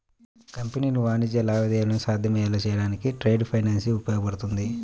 కంపెనీలు వాణిజ్య లావాదేవీలను సాధ్యమయ్యేలా చేయడానికి ట్రేడ్ ఫైనాన్స్ ఉపయోగపడుతుంది